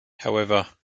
however